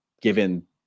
Given